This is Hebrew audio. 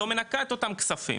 לא מנקה את אותם כספים.